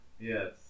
Yes